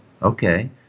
okay